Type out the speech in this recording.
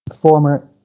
former